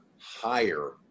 higher